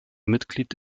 mitglied